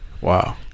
wow